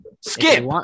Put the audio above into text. Skip